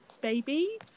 baby